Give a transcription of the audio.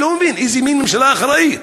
אני לא מבין איזה מין ממשלה אחראית.